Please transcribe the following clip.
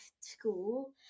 school